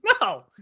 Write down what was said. no